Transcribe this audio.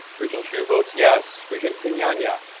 regent hsu votes yes. regent kenyanya.